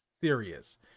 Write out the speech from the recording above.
serious